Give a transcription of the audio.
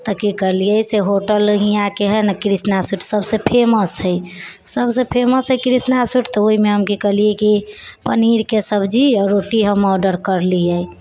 तऽ की करलिऐ से होटल इहा के है न कृष्णा सबसे फेमस छै सबसे फेमस छै कृष्णा तऽओइमे हम की कहलिऐ कि पनीरके सब्जी और रोटी हम आर्डर करलिऐ